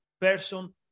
person